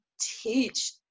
teach